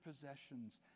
possessions